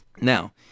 Now